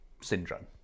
syndrome